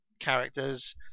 characters